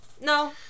No